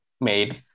made